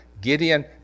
Gideon